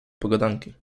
pogadanki